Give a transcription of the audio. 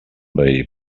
veí